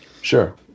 Sure